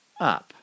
up